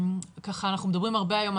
ככה אנחנו מדברים הרבה היום,